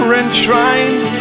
enshrined